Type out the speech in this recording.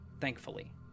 thankfully